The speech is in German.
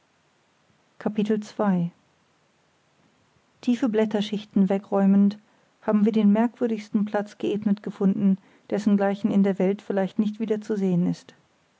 tiefe blätterschichten wegräumend haben wir den merkwürdigsten platz geebnet gefunden dessengleichen in der welt vielleicht nicht wieder zu sehen ist